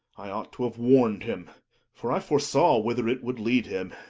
i ought to have warned him for i foresaw whither it would lead him.